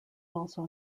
also